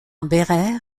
bérard